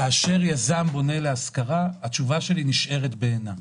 כאשר יזם בונה להשכרה, התשובה שלי נשארת בעינה.